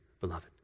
beloved